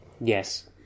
Yes